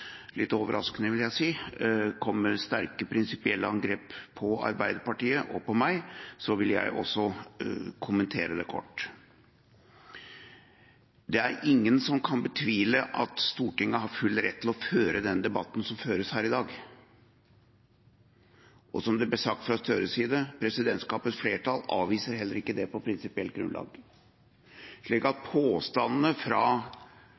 litt overraskende, vil jeg si – kom med sterke prinsipielle angrep på Arbeiderpartiet og på meg, vil jeg også kommentere det kort. Det er ingen som kan betvile at Stortinget har full rett til å føre den debatten som føres her i dag. Som det ble sagt fra Gahr Støres side: Presidentskapets flertall avviser heller ikke det på prinsipielt grunnlag, så påstandene fra representantene Tetzschner og Grøvan om at